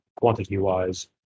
quantity-wise